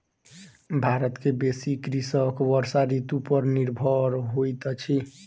भारत के बेसी कृषक वर्षा ऋतू पर निर्भर होइत अछि